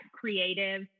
creative